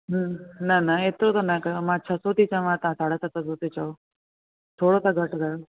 न न हेतिरो न कयो मां छह सौ थी चवां तव्हां साढ़े सत सौ तां चओ थोरो त घटि कयो